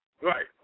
Right